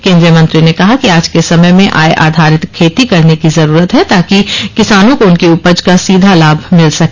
केंद्रीय मंत्री ने कहा कि आज के समय में आय आधारित खेती करने की जरूरत है ताकि किसानों को उनकी उपज का सीधा लाभ मिल सके